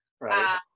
Right